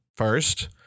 First